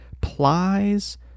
plies